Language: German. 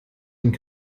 den